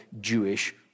Jewish